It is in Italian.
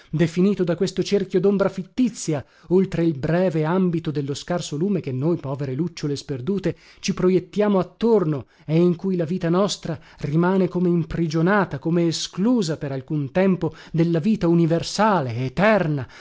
definito da questo cerchio dombra fittizia oltre il breve àmbito dello scarso lume che noi povere lucciole sperdute ci projettiamo attorno e in cui la vita nostra rimane come imprigionata come esclusa per alcun tempo dalla vita universale eterna